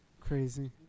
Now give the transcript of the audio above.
Crazy